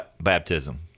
Baptism